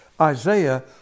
Isaiah